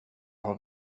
har